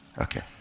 Okay